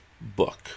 book